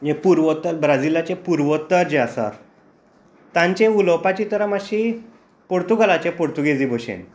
हे पुर्वत ब्राजीलाचें पुर्वत्ता जी आसा तांची उलोवपाची तरा मातशी पुर्तुगालाच्या पुर्तुगीजी बशेन